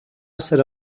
serà